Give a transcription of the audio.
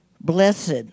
Blessed